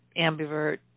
ambivert